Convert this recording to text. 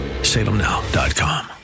salemnow.com